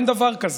אין דבר כזה.